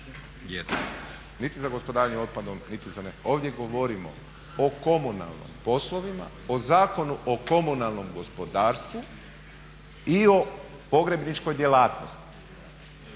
niti za gospodarenje otpadom niti za, ovdje govorimo o komunalnim poslovima, o Zakonu o komunalnom gospodarstvu i o pogrebničkoj djelatnosti.